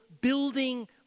building